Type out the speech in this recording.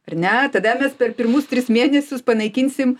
ar ne tada mes per pirmus tris mėnesius panaikinsim